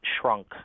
shrunk